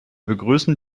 begrüßen